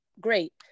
Great